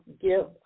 give